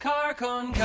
Carcon